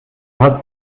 hast